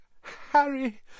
Harry